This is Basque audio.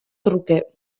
truke